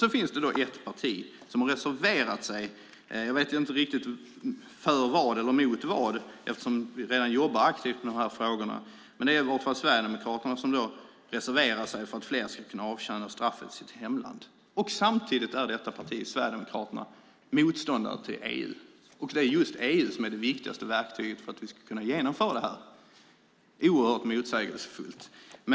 Det är ett parti som har reserverat sig. Jag vet inte riktigt för eller emot vad, för vi jobbar redan aktivt med de här frågorna, men det är alltså Sverigedemokraterna som har reserverat sig för att fler ska kunna avtjäna straffet i sitt hemland. Men samtidigt är Sverigedemokraterna motståndare mot EU, och EU är det viktigaste verktyget för att vi ska kunna genomföra detta. Det är oerhört motsägelsefullt.